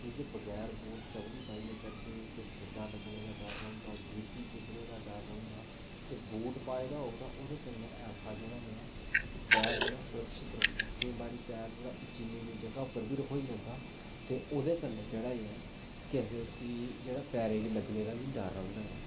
किश बगैर बूट चप्पली पाइयै करदे ते ठेड्डा लग्गने दा डर रौंह्दा गिट्टी चुब्भने दा डर रौंह्दा ते बूट पाए दा होग ते तां ओह्दे कन्नै ऐसा जेह्ड़ा ऐ इक्क पैर जेह्ड़ा सुरक्षित रौंह्दा केईं बारी पैर जेह्का उच्ची निमी जगह पर बी रखोई जंदा ते ओह्दे कन्नै जेह्ड़ा ऐ केह् आक्खदे उस्सी जेह्ड़ा पैरें गी लग्गने दा डर रौंह्दा ऐ